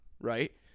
right